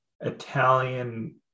Italian